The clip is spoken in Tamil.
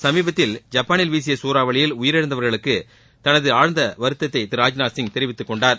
சமீபத்தில் ஐப்பானில் வீசிய சூறாவளியில் உயிர் இழந்தவர்களுக்கு தனது ஆழ்ந்த வருத்தத்தை திரு ராஜ்நாத் தெரிவித்துக்கொண்டார்